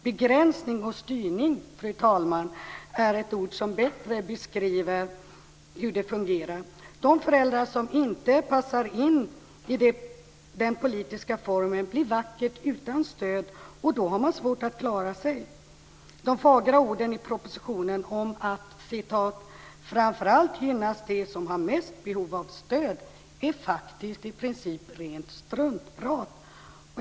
Begränsning och styrning, fru talman, är ord som bättre beskriver hur det fungerar. De föräldrar som inte passar in i den politiska formen blir vackert utan stöd, och då har de svårt att klara sig. De fagra orden i propositionen om att man framför allt gynnar dem som har mest behov av stöd är i princip rent struntprat.